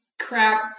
crap